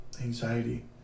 Anxiety